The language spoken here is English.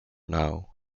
now